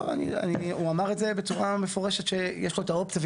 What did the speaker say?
הוא אמר בצורה מפורשת שיש לו את האופציה,